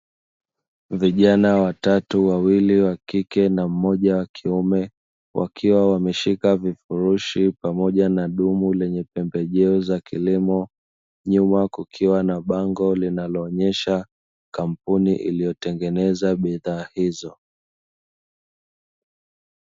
Vijana watatu wawili wa kike na mmoja wa kiume wakiwa wameshika vifurushi pamoja na dumu lenye pembejeo za kilimo, nyuma kukiwa na bango linaloonyesha kampuni iliyotengeneza bidhaa hizo.